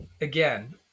again